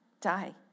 die